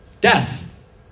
death